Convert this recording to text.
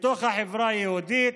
בתוך החברה היהודית,